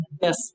Yes